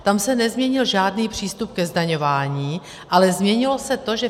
Tam se nezměnil žádný přístup ke zdaňování, ale změnilo se to, že